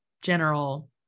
general